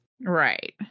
right